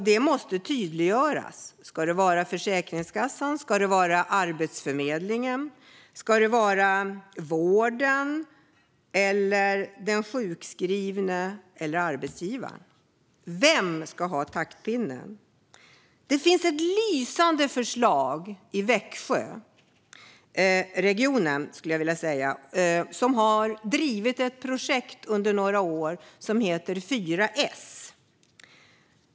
Det måste tydliggöras om det ska vara Försäkringskassan, Arbetsförmedlingen, vården, den sjukskrivne eller arbetsgivaren som ska hålla i taktpinnen. Det finns ett lysande förslag i Växjöregionen. Där har man drivit ett projekt under några år som heter 4-Ess.